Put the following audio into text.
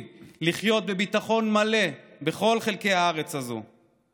לחיות בביטחון מלא בכל חלקי הארץ הזאת.